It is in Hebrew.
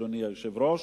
אדוני היושב-ראש.